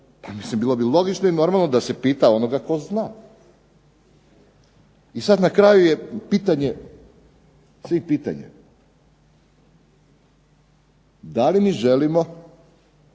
mislim bilo bi logično i normalno da se pita onoga tko zna. I sad na kraju je pitanje svih pitanja, da li mi želimo